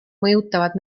mõjutavad